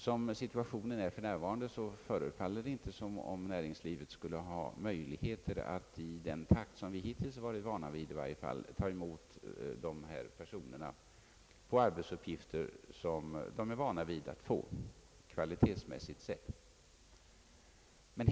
Som situationen är för närvarande, förefaller det inte som om näringslivet skulle ha möjligheter att i den takt som vi hittills varit vana vid bereda dessa personer sådana arbetsuppgifter, som de har utbildning för.